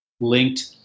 linked